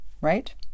right